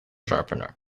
sharpener